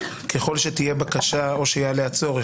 ככל שתהיה בקשה או שיעלה הצורך,